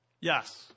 yes